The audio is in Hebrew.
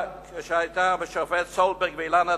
כשהיה עניין השופט סולברג ואילנה דיין,